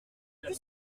plus